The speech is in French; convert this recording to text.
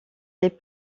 les